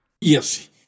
Yes